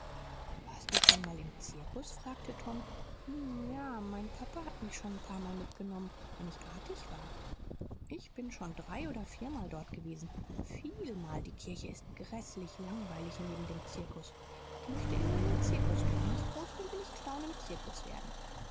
warst du schon mal im zirkus fragte tom m ja mein papa hat mich schon n paarmal mitgenommen wenn ich artig war ich bin schon drei oder viermal dort gewesen vielmal die kirche ist gräßlich langweilig neben dem zirkus ich möchte immer in den zirkus gehen wenn ich groß bin will ich clown im zirkus werden